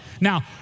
Now